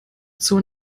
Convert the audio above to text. zur